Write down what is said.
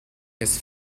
his